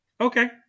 Okay